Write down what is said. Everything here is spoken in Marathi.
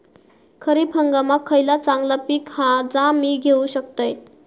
खरीप हंगामाक खयला चांगला पीक हा जा मी घेऊ शकतय?